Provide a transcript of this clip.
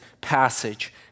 passage